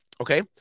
okay